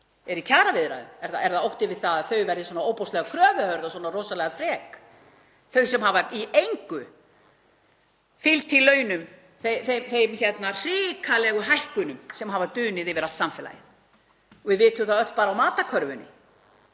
eru í kjaraviðræðum? Er það óttinn við að þau verði svona ofboðslega kröfuhörð, svona rosalega frek, þau sem hafa í engu fylgt í launum þeim hrikalegu hækkunum sem hafa dunið yfir allt samfélagið? Við vitum það öll bara á matarkörfunni